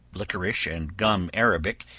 liquorice and gum arabic,